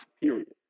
period